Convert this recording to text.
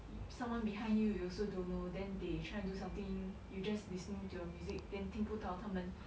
someone behind you you also don't know then they try to do something you just listening to your music then 听不到他们